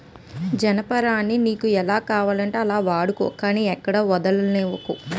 జనపనారని నీకు ఎలా కావాలంటే అలా వాడుకో గానీ ఎక్కడా వొదిలీకు